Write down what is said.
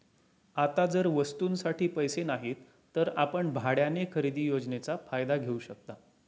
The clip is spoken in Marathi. आता जर वस्तूंसाठी पैसे नाहीत तर आपण भाड्याने खरेदी योजनेचा फायदा घेऊ शकता